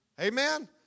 Amen